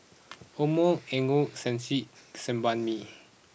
Omron Ego Sunsense and Sebamed